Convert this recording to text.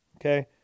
okay